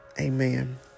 amen